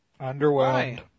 Underwhelmed